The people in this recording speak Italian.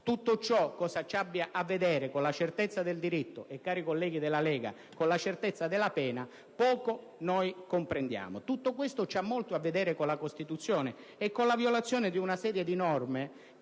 tutto ciò con la certezza del diritto e - cari colleghi della Lega - con la certezza della pena, poco comprendiamo. Tutto questo ha invece molto a che vedere con la Costituzione e con la violazione di una serie di norme